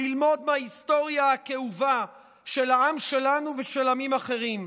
ללמוד מההיסטוריה הכאובה של העם שלנו ושל עמים אחרים.